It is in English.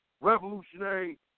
revolutionary